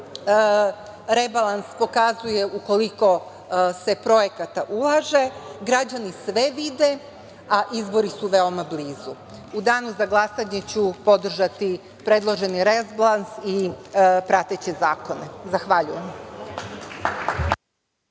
rebalans pokazuje u koliko se projekata ulaže, građani sve vide a izbori su veoma blizu. U danu za glasanje ću podržati predloženi rebalans i prateće zakone. Zahvaljujem.